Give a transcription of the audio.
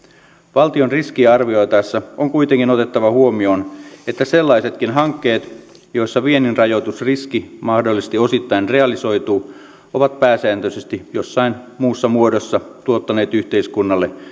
valtion riskiä arvioitaessa on kuitenkin otettava huomioon että sellaisetkin hankkeet joissa vienninrahoitusriski mahdollisesti osittain realisoituu ovat pääsääntöisesti jossain muussa muodossa tuottaneet yhteiskunnalle